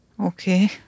Okay